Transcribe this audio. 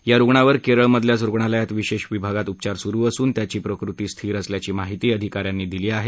या रुग्णावर केरळमधल्याच रुग्णालयात विशेष विभागात उपचार सुरु असून त्याची प्रकृती स्थिर असल्याची माहिती अधिकाऱ्यांनी दिली आहे